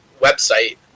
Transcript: website